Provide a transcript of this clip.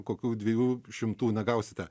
kokių dviejų šimtų negausite